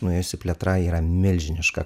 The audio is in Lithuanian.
nuėjusi plėtrą yra milžiniška